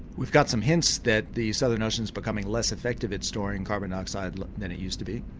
we've got some hints that the southern ocean is becoming less effective at storing carbon dioxide than it used to be,